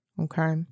Okay